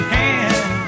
hand